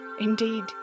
Indeed